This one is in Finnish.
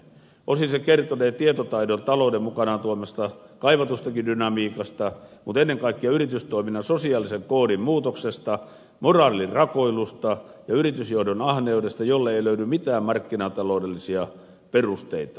osin se kertonee tietotaidon talouden mukanaan tuomasta kaivatustakin dynamiikasta mutta ennen kaikkea yritystoiminnan sosiaalisen koodin muutoksesta moraalin rakoilusta ja yritysjohdon ahneudesta jolle ei löydy mitään markkinataloudellisia perusteita